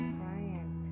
crying